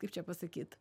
kaip čia pasakyt